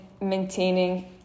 maintaining